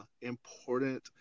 important